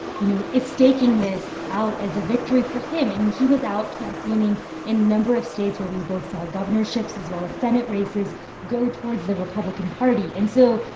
you know, is staking this out as a victory for him. i mean, he was out campaigning in a number of states where we both saw governorships, as well as senate races go towards the republican party. and so,